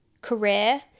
career